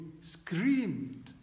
screamed